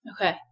Okay